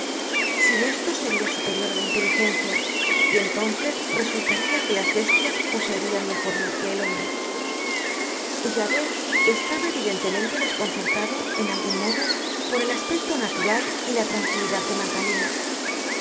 sin esto seria superior á la inteligencia y entonces resultaria que las bestias poseerian mejor luz que el hombre javert estaba evidentemente desconcertado en algun modo por el aspecto natural y la tranquilidad de magdalena